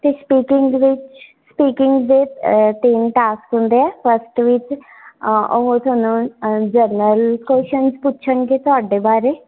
ਅਤੇ ਸਪੀਕਿੰਗ ਵਿੱਚ ਸਪੀਕਿੰਗ ਦੇ ਤਿੰਨ ਟਾਸਕ ਹੁੰਦੇ ਆ ਫਸਟ ਵਿੱਚ ਉਹ ਤੁਹਾਨੂੰ ਜਨਰਲ ਕੁਆਸ਼ਨਜ਼ ਪੁੱਛਣਗੇ ਤੁਹਾਡੇ ਬਾਰੇ